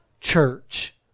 church